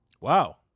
Wow